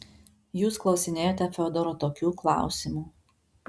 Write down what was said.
jūs klausinėjate fiodoro tokių klausimų